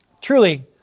Truly